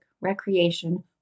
recreation